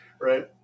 Right